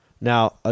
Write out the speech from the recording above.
Now